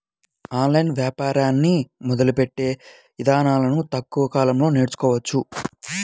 online వ్యాపారాన్ని మొదలుపెట్టే ఇదానాలను తక్కువ కాలంలోనే నేర్చుకోవచ్చు